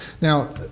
Now